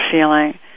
feeling